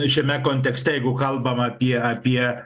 šiame kontekste jeigu kalbam apie apie